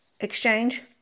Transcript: exchange